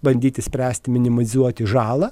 bandyti spręsti minimizuoti žalą